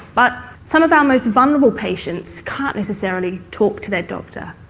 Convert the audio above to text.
but some of our most vulnerable patients can't necessarily talk to their doctor,